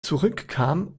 zurückkam